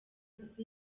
kosa